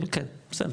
בסדר.